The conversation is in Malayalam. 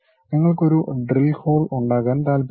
നിങ്ങൾക്ക് ഒരു ഡ്രിൽ ഹോൾ drill hole ഉണ്ടാക്കാൻ താൽപ്പര്യമുണ്ട്